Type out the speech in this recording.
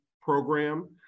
program